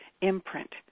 imprint